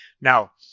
Now